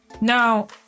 Now